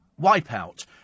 Wipeout